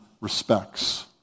respects